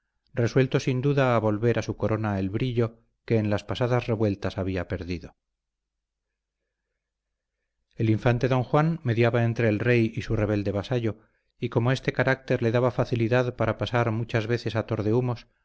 resuelto sin duda a volver a su corona el brillo que en las pasadas revueltas había perdido el infante don juan mediaba entre el rey y su rebelde vasallo y como este carácter le daba facilidad para pasar muchas veces a